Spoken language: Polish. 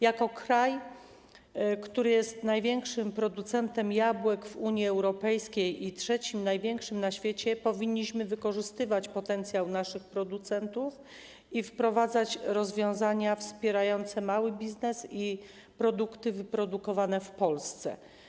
Jako kraj, który jest największym producentem jabłek w Unii Europejskiej i trzecim największym na świecie, powinniśmy wykorzystywać potencjał naszych producentów i wprowadzać rozwiązania wspierające mały biznes i produkty wytworzone w Polsce.